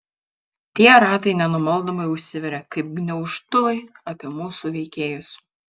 tie ratai nenumaldomai užsiveria kaip gniaužtuvai apie mūsų veikėjus